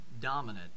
dominant